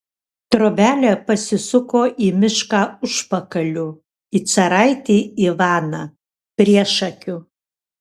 trobelė pasisuko į mišką užpakaliu į caraitį ivaną priešakiu